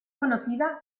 conocida